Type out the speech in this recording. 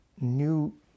new